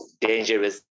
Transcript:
dangerous